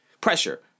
Pressure